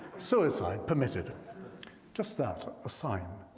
suicide permitted just that, a sign.